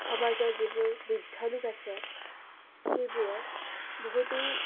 সমাজৰ যিবোৰ বৃদ্ধ লোক আছে সেইবোৰক বহুতো